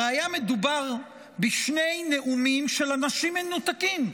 הרי היה מדובר בשני נאומים של אנשים מנותקים,